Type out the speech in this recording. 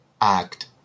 act